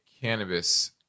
cannabis